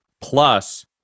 plus